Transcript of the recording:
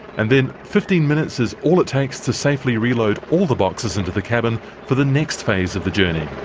and then fifteen minutes is all it takes to safely re-load all the boxes into the cabin for the next phase of the journey.